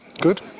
Good